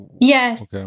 yes